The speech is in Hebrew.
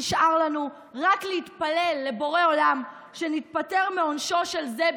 נשאר לנו רק להתפלל לבורא עולם שניפטר מעונשו של זה,